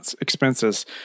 expenses